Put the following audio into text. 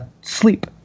Sleep